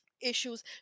issues